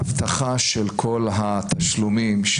בהבטחה של כל התשלומים,